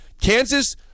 Kansas